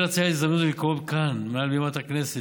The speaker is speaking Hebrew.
ברצוני לנצל הזדמנות זו ולקרוא כאן מעל בימת הכנסת